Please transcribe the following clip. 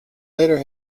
later